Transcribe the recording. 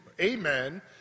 amen